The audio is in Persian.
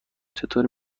چطور